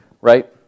right